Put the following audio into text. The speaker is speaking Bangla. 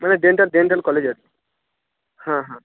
হ্যাঁ ডেন্টাল ডেন্টাল কলেজ আর কি হ্যাঁ হ্যাঁ